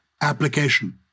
application